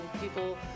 people